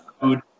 food